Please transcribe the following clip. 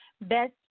Best